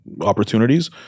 opportunities